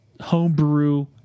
homebrew